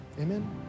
amen